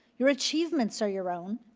your achievements are your own,